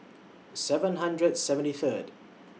seven hundred seventy Third